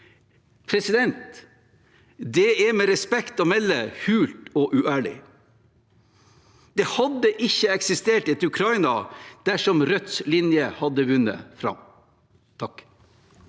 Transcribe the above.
styrker. Det er med respekt å melde hult og uærlig. Det hadde ikke eksistert et Ukraina dersom Rødts linje hadde vunnet fram.